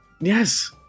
Yes